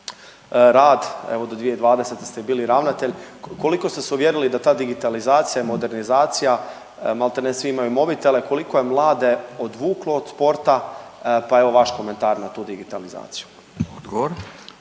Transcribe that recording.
rad evo do 2020. ste bili ravnatelj, koliko ste se uvjerili da ta digitalizacija i modernizacija maltene svi imaju mobitele, koliko je mlade odvuklo od sporta pa evo vaš komentar na tu digitalizaciju. **Radin,